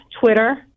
Twitter